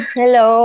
hello